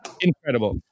incredible